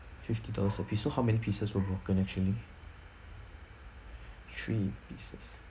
fifty dollars a piece so how many pieces were broken actually three pieces